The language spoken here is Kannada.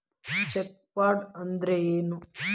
ಚೆಕ್ ಫ್ರಾಡ್ ಅಂದ್ರ ಏನು?